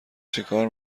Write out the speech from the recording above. چیکار